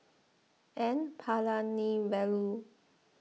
N Palanivelu